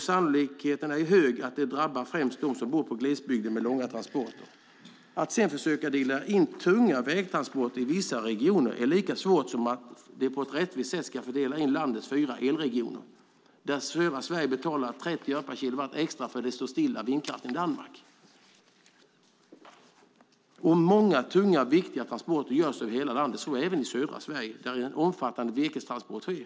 Sannolikheten är större för att det i högre grad drabbar dem som bor på glesbygden och har långa transporter. Att sedan försöka dela in tunga vägtransporter i vissa regioner är lika svårt som att på ett rättvist sätt dela in landet i fyra elregioner. Där betalar södra Sverige 30 öre extra per kilowattimme för att vindkraften står stilla i Danmark. Många tunga och viktiga transporter görs över hela landet, så även i södra Sverige, där en omfattande virkestransport sker.